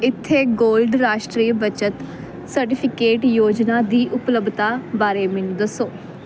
ਇੱਥੇ ਗੋਲਡ ਰਾਸ਼ਟਰੀ ਬੱਚਤ ਸਰਟੀਫਿਕੇਟ ਯੋਜਨਾ ਦੀ ਉਪਲੱਬਧਤਾ ਬਾਰੇ ਮੈਨੂੰ ਦੱਸੋ